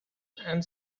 and